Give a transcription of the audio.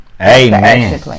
Amen